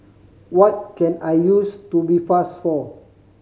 what can I use Tubifast for